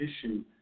issue